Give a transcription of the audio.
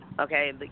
Okay